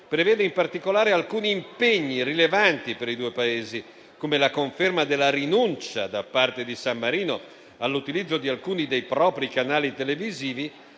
prevede in particolare alcuni impegni rilevanti per i due Paesi, come la conferma della rinuncia da parte di San Marino all'utilizzo di alcuni dei propri canali televisivi